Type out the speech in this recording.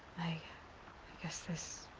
i guess this.